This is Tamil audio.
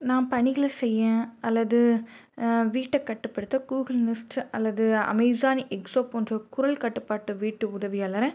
நான் பணிகளை செய்ய அல்லது வீட்டைக் கட்டுப்படுத்த கூகுள் நெஸ்ட்டு அல்லது அமேசான் எக்சோ போன்ற குரல் கட்டுப்பாட்டு வீட்டு உதவியாளரை